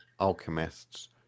alchemists